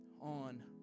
on